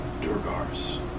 Durgars